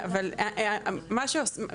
אבל מה שעושים,